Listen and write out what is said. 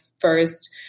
first